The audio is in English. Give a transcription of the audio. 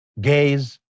gays